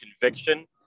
conviction